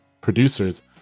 Producers